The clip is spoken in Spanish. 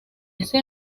ese